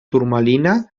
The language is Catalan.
turmalina